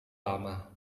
lama